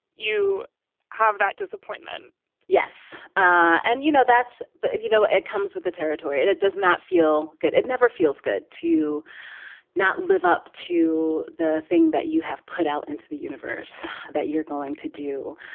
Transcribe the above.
you have that disappointment yes. and you know, that's but if you know, it comes with the territory, it it does not feel good it never feels good to not live up to the thing that you have put out into the universe that you're going to do,